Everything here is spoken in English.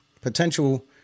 potential